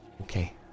Okay